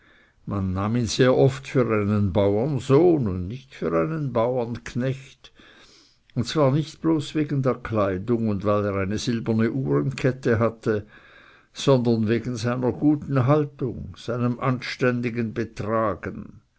man nahm ihn sehr oft für einen baurensohn und nicht für einen baurenknecht und zwar nicht bloß wegen der kleidung und weil er eine silberne uhrenkette hatte sondern wegen seiner guten haltung seinem anständigen betragen